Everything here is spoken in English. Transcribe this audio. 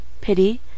pity